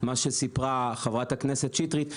מה שסיפרה חברת הכנסת שטרית,